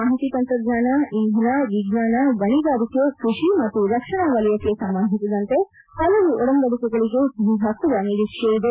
ಮಾಹಿತಿ ತಂತ್ರಜ್ಞಾನ ಇಂಧನ ವಿಜ್ಞಾನ ಗಣಿಕಾರಿಕೆ ಕೃಷಿ ಮತ್ತು ರಕ್ಷಣಾ ವಲಯಕ್ಕೆ ಸಂಬಂಧಿಸಿದಂತೆ ಹಲವು ಒಡಂಬಡಿಕೆಗೆ ಸಹಿ ಹಾಕುವ ನಿರೀಕ್ಷೆ ಇದೆ